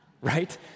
Right